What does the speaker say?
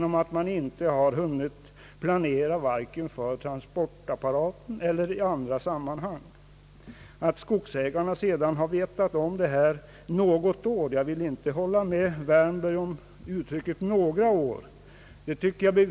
Man har inte hunnit planera vare sig för transportapparaten eller i andra avseenden. Skogsägarna har visserligen vetat om detta under något år. Jag vill inte hålla med herr Wärnberg om uttrycket »några år».